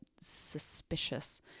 suspicious